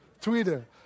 Twitter